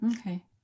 Okay